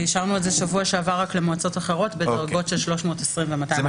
ושבוע שעבר אישרנו את זה למועצות אחרות בדרגות של 320 ו-245.